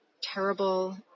terrible